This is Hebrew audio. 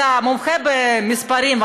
אתה מומחה במספרים,